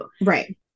Right